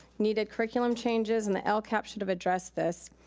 needed curriculum changes, and the lcap should have addressed this.